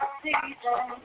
season